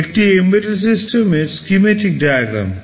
এটি একটি এমবেডেড সিস্টেমের স্কিম্যাটিক ডায়াগ্রাম